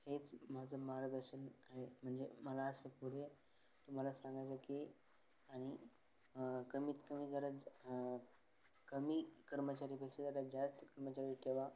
हेच माझं मार्गदर्शन आहे म्हणजे मला असं पुढे तुम्हाला सांगायचं की आणि कमीत कमी जरा कमी कर्मचारीपेक्षा जरा जास्त कर्मचारी ठेवा